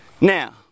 Now